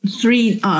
three